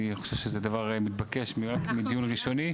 אני חושב שזה דבר מתבקש מדיון ראשוני.